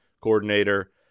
coordinator